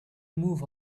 move